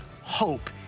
hope